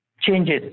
changes